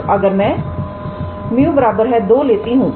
तो अगर मैं 𝜇 2 लेती हूं